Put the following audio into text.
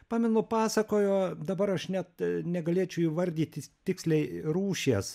pamenu pasakojo dabar aš net negalėčiau įvardyti tiksliai rūšies